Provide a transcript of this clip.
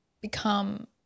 become –